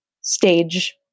stage